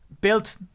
built